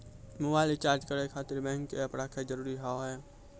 Mobile recharge करे खातिर bank के ऐप रखे जरूरी हाव है?